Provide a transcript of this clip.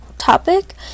Topic